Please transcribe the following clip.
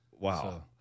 Wow